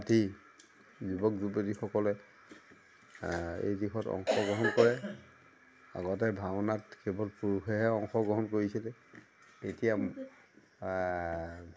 পাতি যুৱক যুৱতীসকলে এই দিশত অংশগ্ৰহণ কৰে আগতে ভাওনাত কেৱল পুৰুষেহে অংশগ্ৰহণ কৰিছিলে এতিয়া